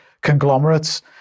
conglomerates